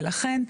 ולכן,